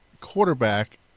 quarterback